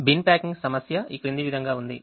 bin packing సమస్య ఈ క్రింది విధంగా ఉంది